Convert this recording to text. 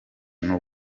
n’u